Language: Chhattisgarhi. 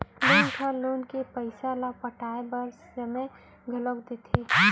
बेंक ह लोन के पइसा ल पटाए बर समे घलो देथे